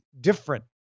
different